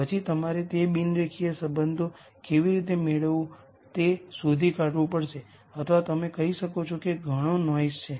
પછી તમારે તે બિન રેખીય સંબંધો કેવી રીતે મેળવવું તે શોધી કાઢવું પડશે અથવા તમે કહી શકો છો કે ઘણો નોઈઝ છે